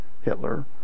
Hitler